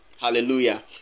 Hallelujah